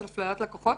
של אפליית לקוחות?